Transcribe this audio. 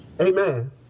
Amen